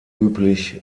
üblich